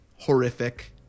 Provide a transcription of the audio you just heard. Horrific